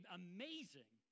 amazing